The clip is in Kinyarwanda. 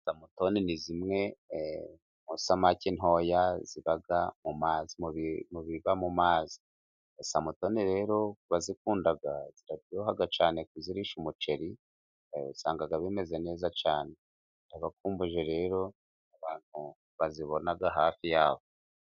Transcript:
Samutoni ni zimwe musamake ntoya ziba mu biva mu mazi, samutoni rero turazikunda ziraryoha cyane, kuzirisha umuceri usanga bimeze neza cyane, ndabakumbuje rero abantu bazibona hafi yabo.